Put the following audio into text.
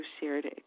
shared